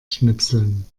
schnipseln